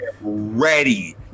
ready